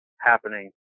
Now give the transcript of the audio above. happening